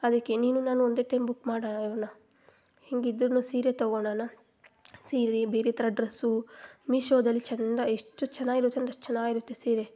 ಅದಕ್ಕೆ ನೀನು ನಾನು ಒಂದೇ ಟೈಮ್ ಬುಕ್ ಮಾಡೋಣ ಹೆಂಗಿದ್ರೂ ಸೀರೆ ತೊಗೊಳೋಣ ಸೀರೆ ಬೇರೆ ಥರ ಡ್ರೆಸ್ಸು ಮೀಶೋದಲ್ಲಿ ಚೆಂದ ಎಷ್ಟು ಚೆನ್ನಾಗಿರುತ್ತೆ ಅಂದರೆ ಅಷ್ಟು ಚೆನ್ನಾಗಿರುತ್ತೆ ಸೀರೆ